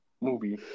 movie